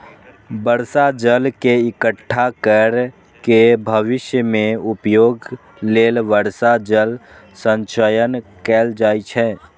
बर्षा जल के इकट्ठा कैर के भविष्य मे उपयोग लेल वर्षा जल संचयन कैल जाइ छै